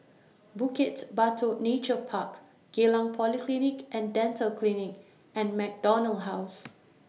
Bukit Batok Nature Park Geylang Polyclinic and Dental Clinic and MacDonald House